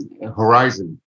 horizon